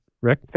Rick